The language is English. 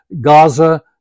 Gaza